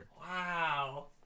wow